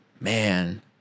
Man